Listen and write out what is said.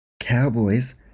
Cowboys